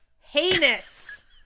heinous